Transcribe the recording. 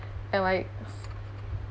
and like